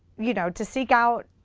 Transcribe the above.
you know, to seek out